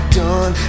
done